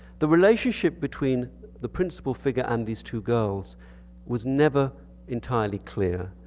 the relationship between the principal figure and these two girls was never entirely clear.